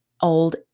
old